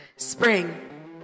Spring